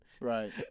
Right